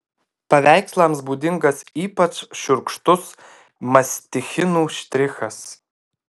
paveikslams būdingas ypač šiurkštus mastichinų štrichas